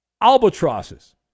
albatrosses